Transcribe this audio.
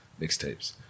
mixtapes